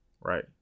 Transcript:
right